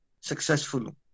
successful